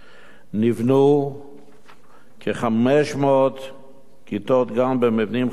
נבנו כ-500 כיתות גן במבנים חדשים,